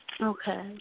Okay